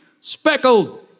speckled